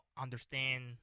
understand